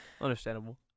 Understandable